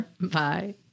Bye